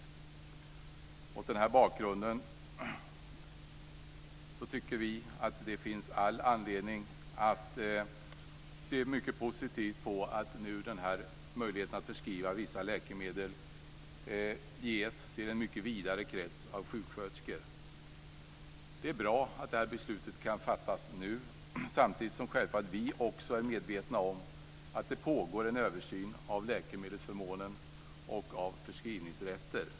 Mot den bakgrunden tycker vi att det finns all anledning att se mycket positivt på att möjligheten att förskriva vissa läkemedel ges till en mycket vidare krets av sjuksköterskor. Det är bra att det här beslutet kan fattas nu. Samtidigt är vi självfallet också medvetna om att det pågår en översyn av läkemedelsförmånen och av förskrivningsrätter.